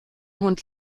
hund